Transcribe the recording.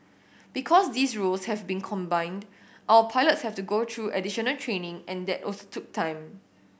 because these roles have been combined our pilots have to go through additional training and that also took time